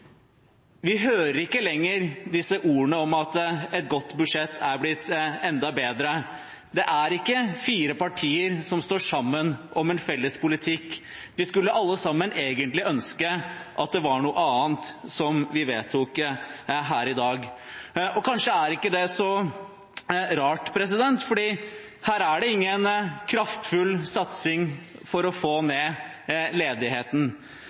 Vi hører ikke lenger disse ordene om at et godt budsjett er blitt enda bedre. Det er ikke fire partier som står sammen om en felles politikk. Vi skulle vel alle sammen egentlig ønske at det var noe annet vi vedtok her i dag. Og kanskje er ikke det så rart, for her er det ingen kraftfull satsing for å få ned ledigheten.